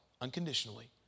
unconditionally